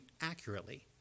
accurately